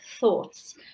thoughts